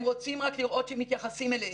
הם רוצים רק לראות שמתייחסים אליהם,